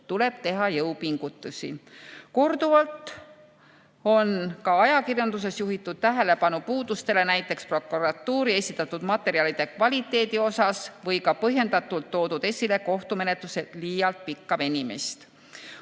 tuleb teha jõupingutusi. Korduvalt on ka ajakirjanduses juhitud tähelepanu puudustele näiteks prokuratuuri esitatud materjalide kvaliteedi osas või ka põhjendatult toodud esile kohtumenetluse liialt pikka venimist.